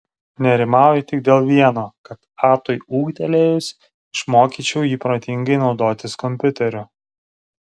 nerimauju tik dėl vieno kad atui ūgtelėjus išmokyčiau jį protingai naudotis kompiuteriu